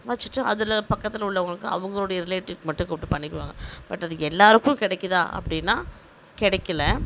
வச்சிவிட்டு அதில் பக்கத்தில் உள்ளவங்களுக்கு அவங்களுடைய ரிலேட்டிவ்க்கு மட்டும் கூப்பிட்டு பண்ணிக்குவாங்க பட் அது எல்லாருக்கும் கிடைக்கிதா அப்படினா கிடைக்கில